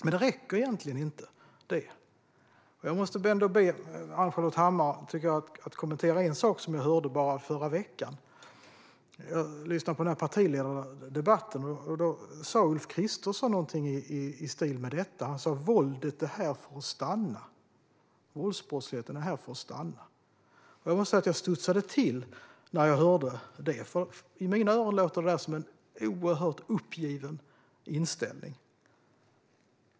Detta räcker egentligen inte. Jag måste ändå be Ann-Charlotte Hammar Johnsson att kommentera en sak som jag hörde i förra veckan. Jag lyssnade på partiledardebatten där Ulf Kristersson sa något i stil med att våldet är här för att stanna, att våldsbrottsligheten är här för att stanna. Jag studsade till när jag hörde det. I mina öron låter det som en oerhört uppgiven inställning.